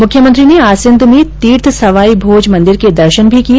मुख्यमंत्री ने आसींद में तीर्थ सवाईभोज मंदिर के दर्शन भी किए